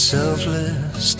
Selfless